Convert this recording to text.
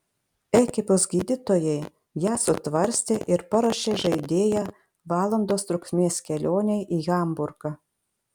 ekipos gydytojai ją sutvarstė ir paruošė žaidėją valandos trukmės kelionei į hamburgą